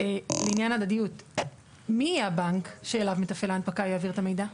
לעניין ההדדיות: מי יהיה הבנק שאליו מתפעל ההנפקה יעביר את המידע?